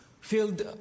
filled